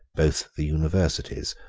both the universities,